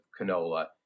canola